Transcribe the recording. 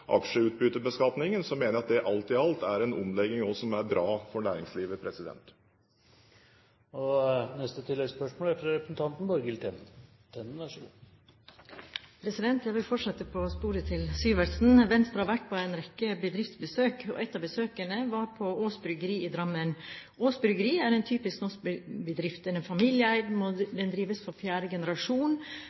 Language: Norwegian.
aksjeutbyttebeskatningen, så mener jeg at det alt i alt er en omlegging som er bra for næringslivet. Borghild Tenden – til oppfølgingsspørsmål. Jeg vil fortsette på sporet til Syversen: Venstre har vært på en rekke bedriftsbesøk, og et av besøkene var på Aass Bryggeri i Drammen. Aass Bryggeri er en typisk norsk bedrift; den er familieeid, den drives av fjerde generasjon